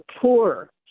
poor